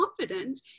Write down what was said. confident